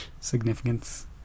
significance